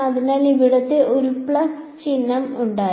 അതിനാൽ ഇവിടെത്തന്നെ ഒരു പ്ലസ് ചിഹ്നം ഉണ്ടായിരുന്നു